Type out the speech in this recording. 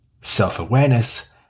Self-awareness